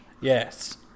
Yes